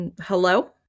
hello